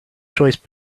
choice